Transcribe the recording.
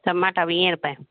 टमाटा वीह रूपये